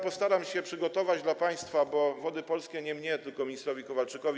Postaram się przygotować to dla państwa, bo Wody Polskie podlegają nie mnie, tylko ministrowi Kowalczykowi.